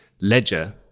ledger